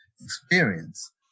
experience